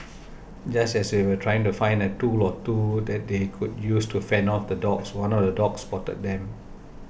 just as they were trying to find a tool or two that they could use to fend off the dogs one of the dogs spotted them